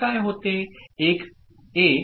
ए 1 आणि 0 आहे